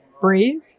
breathe